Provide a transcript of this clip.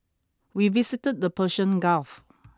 we visited the Persian Gulf